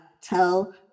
tell